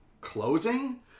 closing